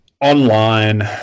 online